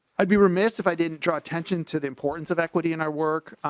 i'd be remiss if i didn't draw attention to the importance of equity in our work.